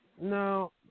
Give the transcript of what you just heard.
No